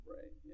Right